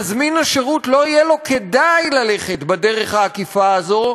מזמין השירות לא יהיה לו כדאי ללכת בדרך העקיפה הזאת,